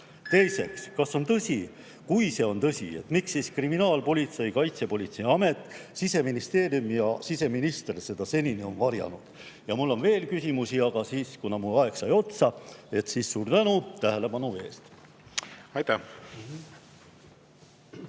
Teiseks, kui see on tõsi, miks siis kriminaalpolitsei, Kaitsepolitseiamet, Siseministeerium ja siseminister on seda seni varjanud? Ja mul on veel küsimusi, aga kuna mu aeg sai otsa, siis suur tänu tähelepanu eest! Aitäh!